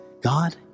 God